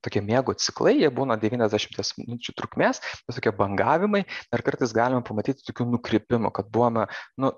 tokie miego ciklai jie būna devyniasdešimties minučių trukmės visokie bangavimai ir kartais galima pamatyti tokių nukrypimų kad buvome nu